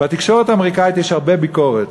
בתקשורת האמריקנית יש הרבה ביקורת,